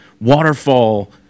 waterfall